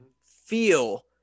feel